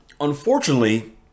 unfortunately